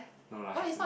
no lah